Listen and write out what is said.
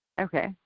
Okay